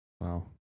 Wow